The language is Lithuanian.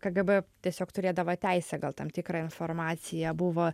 kgb tiesiog turėdavo teisę gal tam tikra informacija buvo